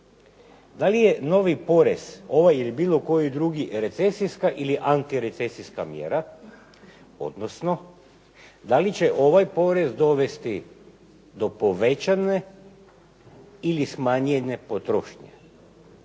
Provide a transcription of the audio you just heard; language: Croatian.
Da li je novi porez, ovaj ili bilo koji drugi recesijska ili antirecesijska mjera, odnosno da li će ovaj porez dovesti do povećane ili smanjene potrošnje?